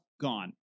gone